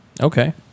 Okay